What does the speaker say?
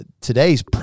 today's